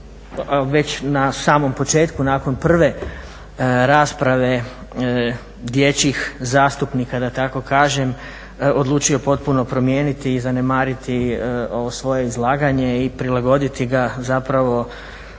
već na samom početku nakon prve rasprave dječjih zastupnika, da tako kažem, odlučio potpuno promijeniti i zanemariti ovo svoje izlaganje i prilagoditi ga zapravo